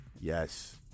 yes